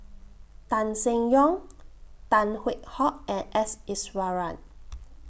Tan Seng Yong Tan Hwee Hock and S Iswaran